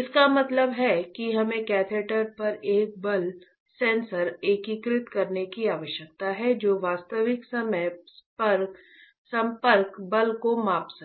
इसका मतलब है कि हमें कैथेटर पर एक बल सेंसर एकीकृत करने की आवश्यकता है जो वास्तविक समय संपर्क बल को माप सके